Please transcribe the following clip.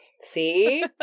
See